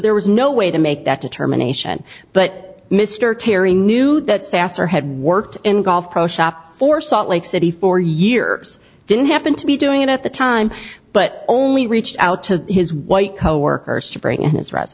there was no way to make that determination but mr terry knew that sasser had worked in golf pro shop for salt lake city for years didn't happen to be doing it at the time but only reached out to his white coworkers to bring his r